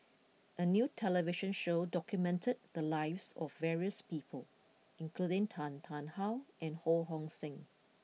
a new television show documented the lives of various people including Tan Tarn How and Ho Hong Sing